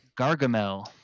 Gargamel